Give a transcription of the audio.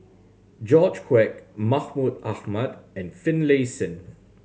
George Quek Mahmud Ahmad and Finlayson